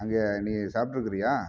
அங்கே நீ சாப்பிட்ருக்குறீயா